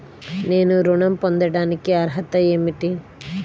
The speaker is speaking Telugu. నేను ఋణం పొందటానికి అర్హత ఏమిటి?